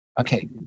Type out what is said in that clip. okay